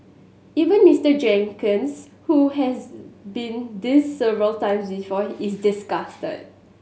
even Mister Jenkins who has been this several times before is disgusted